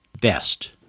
best